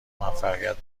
موفقیت